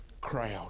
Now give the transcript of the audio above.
crowd